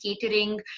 catering